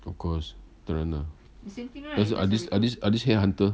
of course 当然啦 are are this ore this are this head hunter